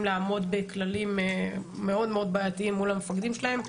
לעמוד בכללים מאוד מאוד בעייתיים מול המפקדים שלהם.